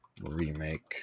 remake